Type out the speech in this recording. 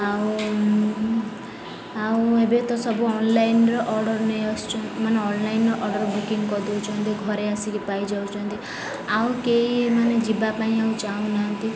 ଆଉ ଆଉ ଏବେ ତ ସବୁ ଅନଲାଇନ୍ର ଅର୍ଡ଼ର୍ ନେଇ ଆସୁଛୁ ମାନେ ଅନଲାଇନ୍ର ଅର୍ଡ଼ର୍ ବୁକିଂ କରିଦେଉଛନ୍ତି ଘରେ ଆସିକି ପାଇଯାଉଛନ୍ତି ଆଉ କେହି ମାନେ ଯିବା ପାଇଁ ଆଉ ଚାହୁନାହାନ୍ତି